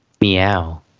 Meow